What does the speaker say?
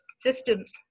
systems